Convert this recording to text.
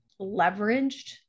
leveraged